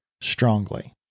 strongly